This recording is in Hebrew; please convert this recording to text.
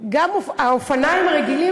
האופניים הרגילים,